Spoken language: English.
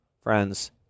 friends